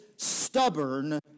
stubborn